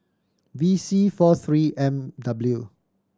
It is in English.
V C four Three M W